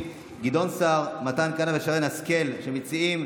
אז בואו נמשיך,